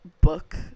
book